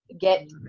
get